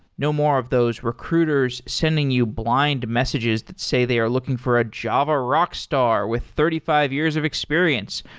no more of those recruiters sending you blind messages that say they are looking for a java rock star with thirty five years of experience,